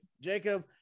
jacob